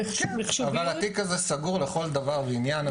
אבל התיק הזה סגור לכל דבר ועניין.